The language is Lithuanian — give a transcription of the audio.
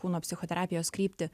kūno psichoterapijos kryptį